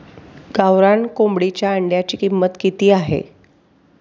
गावरान कोंबडीच्या अंड्याची किंमत किती आहे?